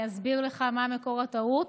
ואני אסביר לך מה מקור הטעות.